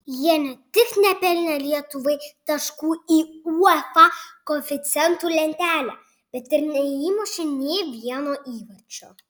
jie ne tik nepelnė lietuvai taškų į uefa koeficientų lentelę bet ir neįmušė nė vieno įvarčio